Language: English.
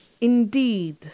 Indeed